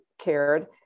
cared